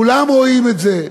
כולם רואים את זה.